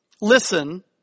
listen